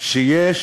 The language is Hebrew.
שיש